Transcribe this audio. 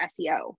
SEO